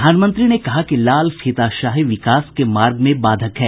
प्रधानमंत्री ने कहा कि लाल फीताशाही विकास के मार्ग में बाधक है